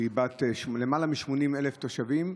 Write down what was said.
שבה למעלה מ-80,000 תושבים,